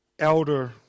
elder